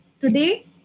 today